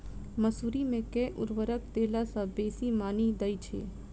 मसूरी मे केँ उर्वरक देला सऽ बेसी मॉनी दइ छै?